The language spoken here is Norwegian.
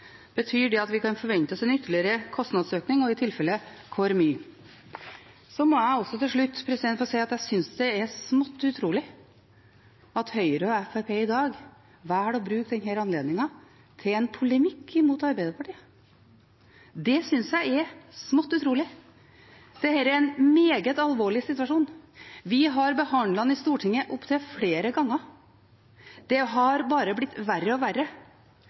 Betyr det at vi kan forvente oss en ytterligere kostnadsøkning – og i tilfelle hvor mye? Så må jeg også til slutt få si at jeg synes det er smått utrolig at Høyre og Fremskrittspartiet i dag velger å bruke denne anledningen til en polemikk mot Arbeiderpartiet. Det synes jeg er smått utrolig. Dette er en meget alvorlig situasjon. Vi har behandlet dette i Stortinget opp til flere ganger. Det har bare blitt verre og verre.